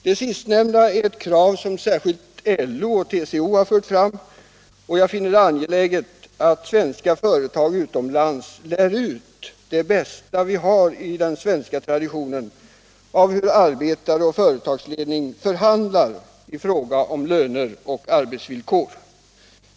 Det sistnämnda är ett krav som särskilt LO och TCO fört fram, och jag finner det angeläget att svenska företag utomlands lär ut det bästa vi har i den svenska traditionen av hur arbetare och företagsledning förhandlar i fråga om löner och arbetsvillkor.